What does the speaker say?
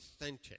authentic